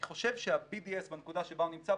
אני חושב שה-BDS בנקודה שבה הוא נמצא,